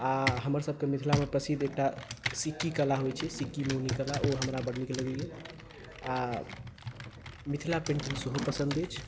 आ हमरसभके मिथिलामे प्रसिद्ध एकटा सिक्की कला होइत छै सिक्की मौनी कला ओ हमरा बड्ड नीक लगैए आ मिथिला पेन्टिग सेहो पसन्द अछि